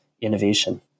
innovation